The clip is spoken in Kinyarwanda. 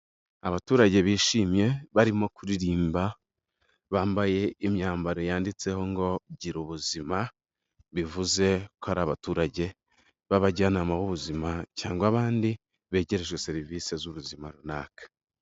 Abaturage bishimye, barimo kuririmba, bambaye imyambaro yanditseho ngo, gira ubuzima. bivuze ko ari abaturage b'abajyanama b'ubuzima cyangwa abandi, begerejwe serivisi z'ubuzima naka.